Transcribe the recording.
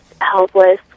helpless